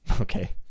okay